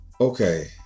okay